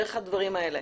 דרך הדברים האלה.